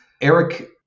Eric